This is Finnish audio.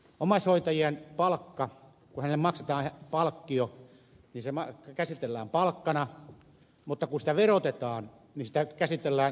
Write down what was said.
kun omaishoitajalle maksetaan palkkio se käsitellään palkkana mutta kun sitä verotetaan niin sitä käsitellään sosiaaliturvaetuutena